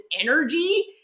energy